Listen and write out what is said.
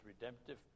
redemptive